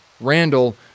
Randall